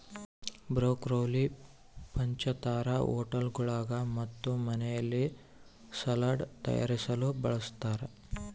broccoli ಪಂಚತಾರಾ ಹೋಟೆಳ್ಗುಳಾಗ ಮತ್ತು ಮನೆಯಲ್ಲಿ ಸಲಾಡ್ ತಯಾರಿಸಲು ಬಳಸತಾರ